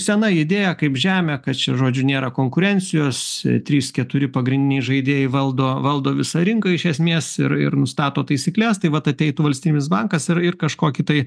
sena idėja kaip žemė kad čia žodžiu nėra konkurencijos trys keturi pagrindiniai žaidėjai valdo valdo visą rinką iš esmės ir ir nustato taisykles tai vat ateitų valstybinis bankas ir ir kažkokį tai